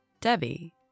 Debbie